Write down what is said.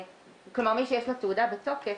כלומר מי שיש לו תעודה בתוקף,